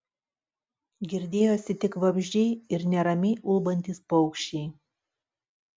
girdėjosi tik vabzdžiai ir neramiai ulbantys paukščiai